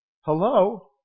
hello